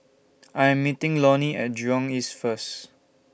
I Am meeting Lonnie At Jurong East First